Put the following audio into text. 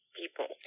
people